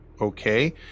okay